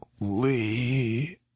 Lee